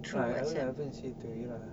no I haven't haven't say to ira